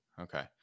Okay